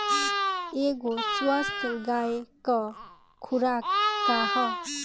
एगो स्वस्थ गाय क खुराक का ह?